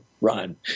run